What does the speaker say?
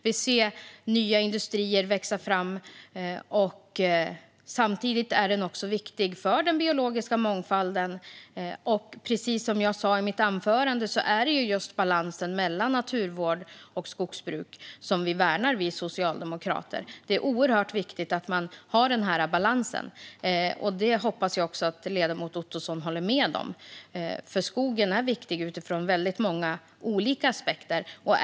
Vi ser nya industrier växa fram. Samtidigt är den också viktig för den biologiska mångfalden. Precis som jag sa i mitt huvudanförande är det just balansen mellan naturvård och skogsbruk som vi socialdemokrater värnar. Det är oerhört viktigt att man har den här balansen, vilket jag hoppas att ledamoten Ottosson håller med om. Skogen är viktig utifrån väldigt många olika aspekter.